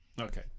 Okay